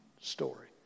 story